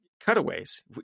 cutaways